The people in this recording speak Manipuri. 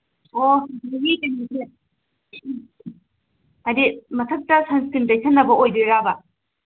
ꯑꯣ ꯍꯥꯏꯗꯤ ꯃꯊꯛꯇ ꯁꯟꯏꯁꯀ꯭ꯔꯤꯟ ꯇꯩꯁꯤꯟꯅꯕ ꯑꯣꯏꯗꯣꯏꯔꯕ